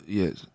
yes